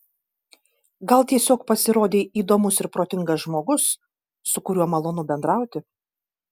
gal tiesiog pasirodei įdomus ir protingas žmogus su kuriuo malonu bendrauti